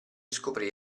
scoprì